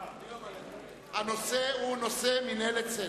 הנושא הוא מינהלת סל"ע.